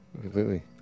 completely